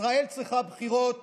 ישראל צריכה בחירות